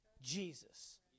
Jesus